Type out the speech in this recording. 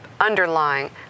underlying